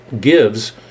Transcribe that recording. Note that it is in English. gives